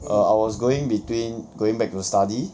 err I was going between going back to study